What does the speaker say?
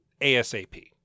ASAP